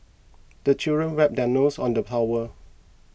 the children wipe their noses on the towel